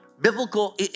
Biblical